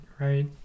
right